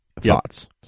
Thoughts